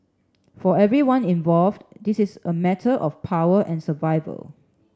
for everyone involved this is a matter of power and survival